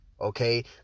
Okay